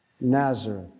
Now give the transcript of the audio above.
Nazareth